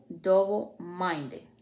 double-minded